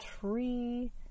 tree